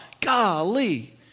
golly